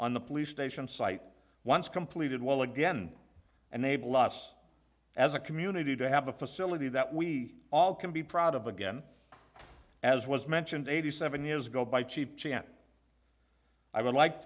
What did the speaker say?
on the police station site once completed will again and maybe less as a community to have a facility that we all can be proud of again as was mentioned eighty seven years ago by chief i would like